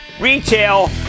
retail